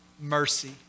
mercy